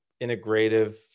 integrative